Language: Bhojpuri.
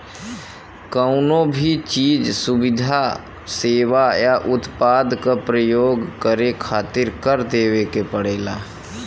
कउनो भी चीज, सुविधा, सेवा या उत्पाद क परयोग करे खातिर कर देवे के पड़ेला